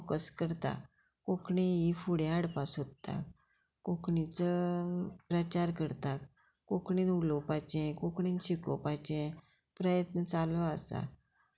focus करता कोंकणी ही फुडें हाडपा सोदता कोंकणीचो प्रचार करता कोंकणीन उलोवपाचें कोंकणीन शिकोवपाचें प्रयत्न चालू आसा